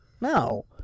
no